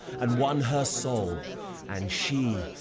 and won her soul and she,